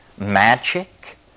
Magic